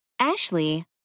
Ashley